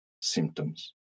symptoms